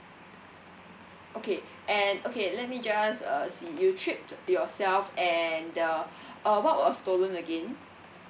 okay and okay let me just uh see you tripped yourself and the uh what was stolen again